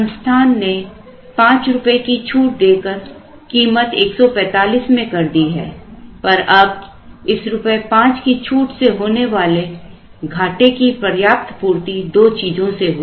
संस्थान ने ₹5 की छूट देकर कीमत 145 में कर दी है पर अब इस ₹5 की छूट से होने वाले घाटे की पर्याप्त पूर्ति दो चीजों से हुई